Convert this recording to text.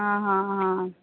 हां हां हां